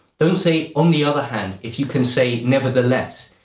don't say on the other hand if you can say nevertheless.